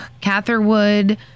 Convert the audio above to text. Catherwood